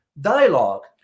dialogue